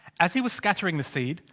as he was scattering the seed.